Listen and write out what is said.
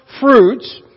fruits